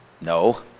No